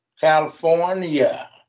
California